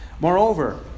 Moreover